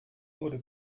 wurde